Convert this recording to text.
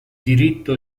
diritto